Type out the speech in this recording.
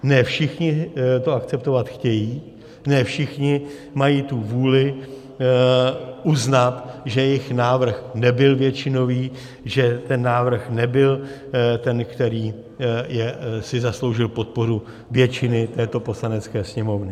Ne všichni to akceptovat chtějí, ne všichni mají tu vůli uznat, že jejich návrh nebyl většinový, že ten návrh nebyl ten, který si zasloužil podporu většiny této Poslanecké sněmovny.